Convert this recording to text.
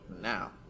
Now